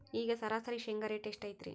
ಈಗ ಸರಾಸರಿ ಶೇಂಗಾ ರೇಟ್ ಎಷ್ಟು ಐತ್ರಿ?